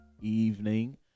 evening